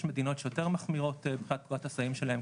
יש מדינות שיותר מחמירות מבחינת פקודת הסמים שלהם,